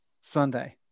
Sunday